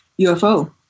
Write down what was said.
UFO